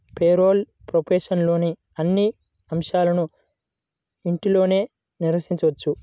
payroll ప్రాసెస్లోని అన్ని అంశాలను ఇంట్లోనే నిర్వహించవచ్చు